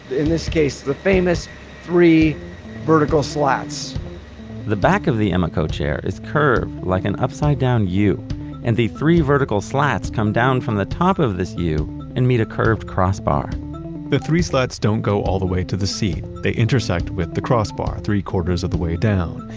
in this case, the famous three vertical slats the back of the emeco chair is curved like an upside down u and the three vertical slats come down from the top of this u and meet a curved crossbar the three slats don't go all the way to the seat, they intersect with the crossbar three zero four of the way down.